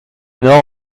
nord